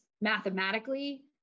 mathematically